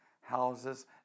houses